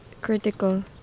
critical